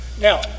Now